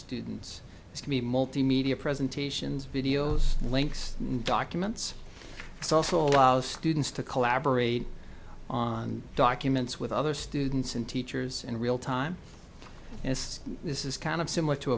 be multimedia presentations videos links documents it's also allows students to collaborate on documents with other students and teachers in real time as this is kind of similar to